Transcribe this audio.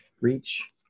reach